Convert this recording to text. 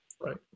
Right